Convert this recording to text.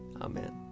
Amen